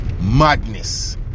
madness